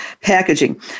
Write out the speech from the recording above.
packaging